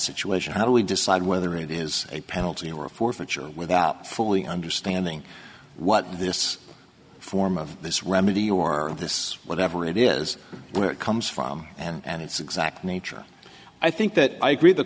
situation how do we decide whether it is a penalty or a forfeiture without fully understanding what this form of this remedy or this what i it is where it comes from and it's exact nature i think that i agree the